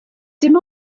dim